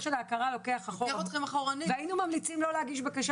של ההכרה לוקח אתכם אחורה והיינו מציעים לא להגיש בקשה